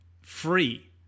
free